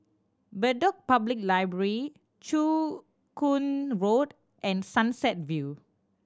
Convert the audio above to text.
Bedok Public Library Joo Koon Road and Sunset View